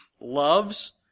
loves